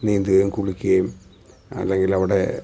നീന്തുകയും കുളിക്കുകയും അല്ലെങ്കിൽ അവിടെ